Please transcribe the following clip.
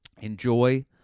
enjoy